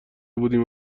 بودیم